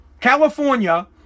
California